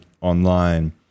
online